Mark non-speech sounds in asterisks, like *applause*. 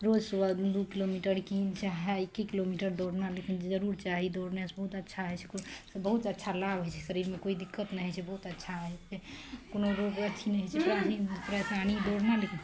रोज सुबह दुइ किलोमीटर कि तीन चाहे एक्के किलोमीटर दौड़ना लेकिन जरूर चाही दौड़नेसे बहुत अच्छा होइ छै बहुत अच्छा लाभ होइ छै शरीरमे कोइ दिक्कत नहि होइ छै बहुत अच्छा होइ छै कोनो रोग अथी नहि होइ छै *unintelligible* परेशानी दौड़ना लेकिन